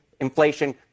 Inflation